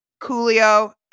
Coolio